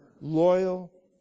loyal